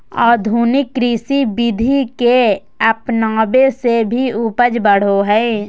आधुनिक कृषि विधि के अपनाबे से भी उपज बढ़ो हइ